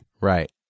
Right